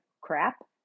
crap